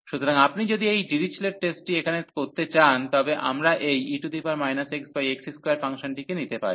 সুতরাং আপনি যদি এই ডিরিচলেট টেস্টটি এখানে করতে চান তবে আমরা এই e xx2 ফাংশনটিকে নিতে পারি